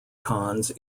cons